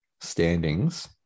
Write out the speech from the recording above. standings